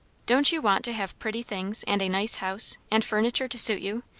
don't you want to have pretty things, and a nice house, and furniture to suit you,